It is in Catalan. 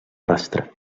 rastre